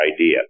idea